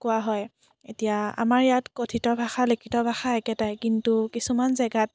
কোৱা হয় এতিয়া আমাৰ ইয়াত কথিত ভাষা লিখিত ভাষা একেটাই কিন্তু কিছুমান জেগাত